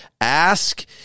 ask